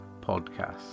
Podcast